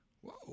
Whoa